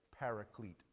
paraclete